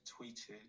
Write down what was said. tweeted